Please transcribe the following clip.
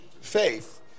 faith